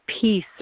peace